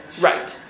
right